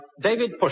David